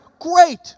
Great